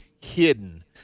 hidden